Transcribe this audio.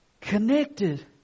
connected